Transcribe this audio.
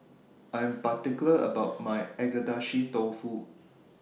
I'm particular about My Agedashi Dofu